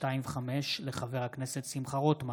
פ/80/25, לחבר הכנסת צביקה פוגל.